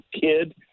kid